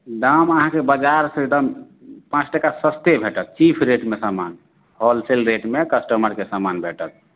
दाम अहाँके बजारसँ एकदम पाँच टका सस्ते भेटत चीफ रेटमे समान होलसेल रेटमे कस्टमरके समान भेटत